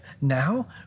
now